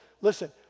listen